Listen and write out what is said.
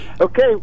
Okay